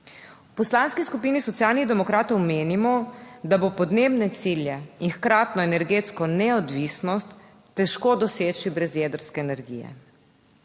V Poslanski skupini Socialnih demokratov menimo, da bo podnebne cilje in hkratno energetsko neodvisnost težko doseči brez jedrske energije.